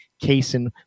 casein